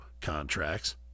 contracts